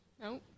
No